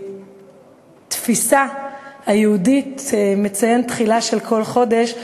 שבתפיסה היהודית מציין תחילה של כל חודש,